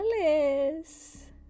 Alice